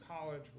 College